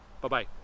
Bye-bye